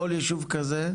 כל יישוב כזה,